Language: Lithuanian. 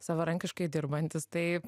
savarankiškai dirbantis tai